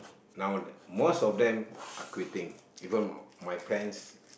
now most of them are quitting even my friends